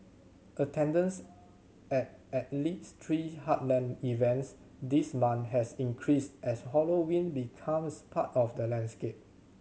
attendance at at least three heartland events this month has increased as Halloween becomes part of the landscape